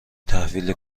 تحویل